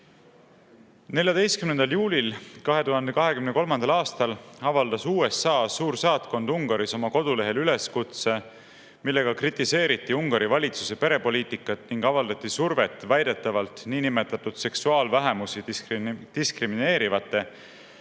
juulil 2023. aastal avaldas USA suursaatkond Ungaris oma kodulehel üleskutse, millega kritiseeriti Ungari valitsuse perepoliitikat ning avaldati survet väidetavalt niinimetatud seksuaalvähemusi diskrimineerivate,